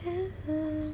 mmhmm